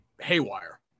haywire